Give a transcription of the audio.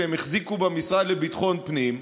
שהם החזיקו במשרד לביטחון פנים,